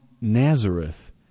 Nazareth